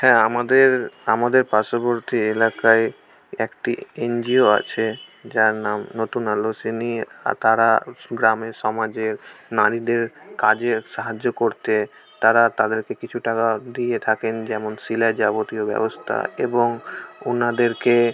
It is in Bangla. হ্যাঁ আমাদের আমাদের পাশ্ববর্তী এলাকায় একটি এনজিও আছে যার নাম নতুন আলোসেনী আর তারা গ্রামের সমাজের নারীদের কাজে সাহায্য করতে তারা তাদেরকে কিছু টাকা দিয়ে থাকেন যেমন সেলাইয়ের যাবতীয় ব্যবস্থা এবং ওনাদেরকে